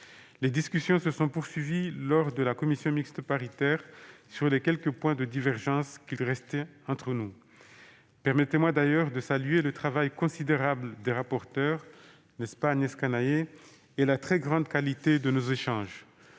Les discussions se sont poursuivies lors de la réunion de la commission mixte paritaire sur les quelques points de divergence qui subsistaient entre nous. Permettez-moi d'ailleurs de saluer le travail considérable des rapporteurs et la très grande qualité de nos échanges.